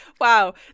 wow